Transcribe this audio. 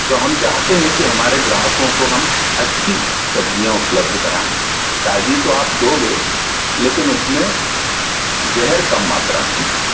तो हम चाहते हैं कि हमारे ग्राहकों को हम अच्छी सब्ज़ियाँ उपलब्ध कराएं ताज़ी तो आप दोगे लेकिन उसमें जहर कम मात्रा में हो